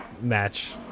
match